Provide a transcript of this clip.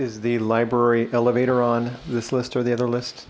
is the library elevator on this list or the other list